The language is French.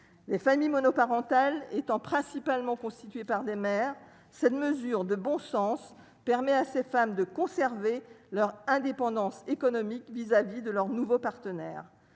les familles monoparentales étant principalement constitués par des maires, cette mesure de bon sens permet à ces femmes de conserver leur indépendance économique vis-à-vis de leurs nouveaux partenaires